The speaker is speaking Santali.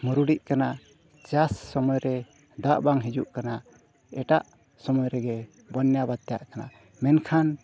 ᱢᱩᱨᱩᱰᱤᱜ ᱠᱟᱱᱟ ᱪᱟᱥ ᱥᱚᱢᱚᱭ ᱨᱮ ᱫᱟᱜ ᱵᱟᱝ ᱦᱤᱡᱩᱜ ᱠᱟᱱᱟ ᱮᱴᱟᱜ ᱥᱚᱢᱚᱭ ᱨᱮᱜᱮ ᱵᱚᱱᱱᱟ ᱵᱟᱨᱛᱟᱜ ᱠᱟᱱᱟ ᱢᱮᱱᱠᱷᱟᱱ